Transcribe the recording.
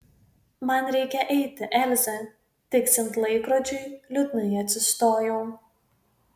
man reikia eiti elze tiksint laikrodžiui liūdnai atsistojau